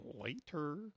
Later